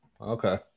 Okay